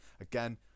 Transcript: again